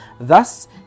Thus